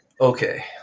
Okay